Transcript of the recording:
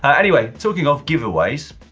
anyway, talking of giveaways,